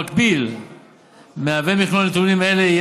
במקביל מהווה מכלול נתונים אלה,